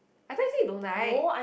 I thought you said you don't like